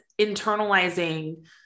internalizing